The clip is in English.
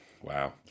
wow